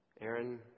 Aaron